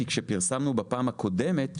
כי כשפרסמנו בפעם הקודמת,